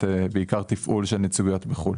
בעיקר תפעול של נציגויות בחו"ל.